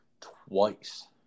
Twice